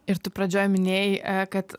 ir tu pradžioj minėjai kad